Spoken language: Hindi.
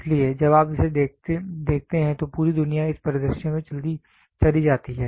इसलिए जब आप इसे देखते हैं तो पूरी दुनिया इस परिदृश्य में चली जाती है